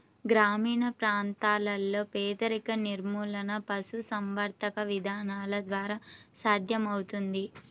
గ్రామీణ ప్రాంతాలలో పేదరిక నిర్మూలన పశుసంవర్ధక విధానాల ద్వారా సాధ్యమవుతుంది